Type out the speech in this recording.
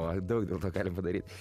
o daug dėl to gali padaryt